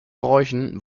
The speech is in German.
bräuchen